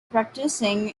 practicing